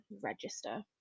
register